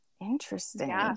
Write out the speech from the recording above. Interesting